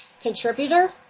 contributor